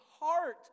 heart